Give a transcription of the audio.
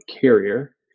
carrier